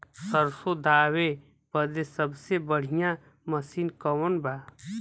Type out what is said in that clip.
सरसों दावे बदे सबसे बढ़ियां मसिन कवन बा?